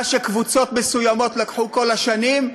מה שקבוצות מסוימות לקחו כל השנים,